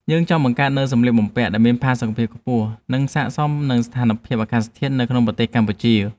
យើងចង់បង្កើតនូវសម្លៀកបំពាក់ដែលមានផាសុកភាពខ្ពស់ និងស័ក្តិសមនឹងស្ថានភាពអាកាសធាតុនៅក្នុងប្រទេសកម្ពុជា។